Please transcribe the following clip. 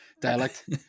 dialect